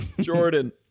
Jordan